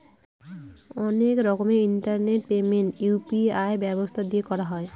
অনেক রকমের internet payment UPI ব্যবস্থা দিয়ে করা হয়